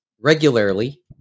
regularly